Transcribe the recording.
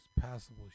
passable